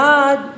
God